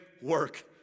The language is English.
work